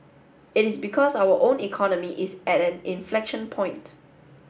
it is because our own economy is at an inflection point